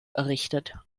errichtet